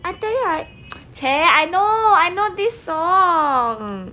I tell you I !chey! I know I know this song